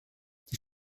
die